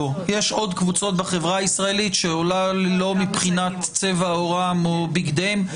יש עוד קבוצות בחברה הישראלית שאולי לא מבחינת צבע עורם או בגדיהם,